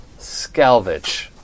Scalvage